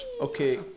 Okay